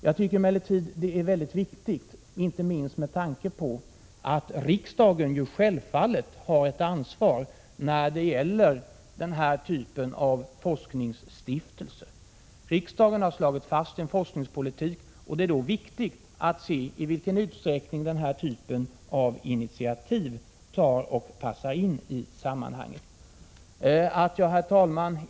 Jag tycker emellertid att det är väldigt viktigt att en sådan granskning kommer till stånd, inte minst med tanke på att riksdagen självfallet har ett ansvar när det gäller denna typ av forskningsstiftelser. Riksdagen har slagit fast en forskningspolitik. Det är då viktigt att se i vilken utsträckning denna typ av initiativ passar in i sammanhanget. Herr talman!